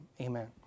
Amen